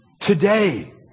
today